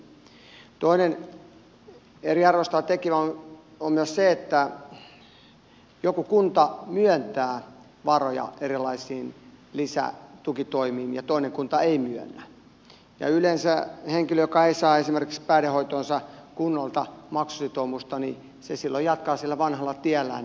toinen eriarvoistava tekijä on myös se että joku kunta myöntää varoja erilaisiin lisätukitoimiin ja toinen kunta ei myönnä ja yleensä henkilö joka ei saa esimerkiksi päihdehoitoonsa kunnalta maksusitoumusta silloin jatkaa sillä vanhalla tiellään